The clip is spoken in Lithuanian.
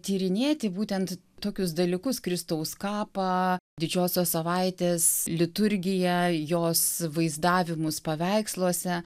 tyrinėti būtent tokius dalykus kristaus kapą didžiosios savaitės liturgiją jos vaizdavimus paveiksluose